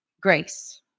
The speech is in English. grace